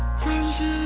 friendship